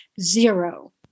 zero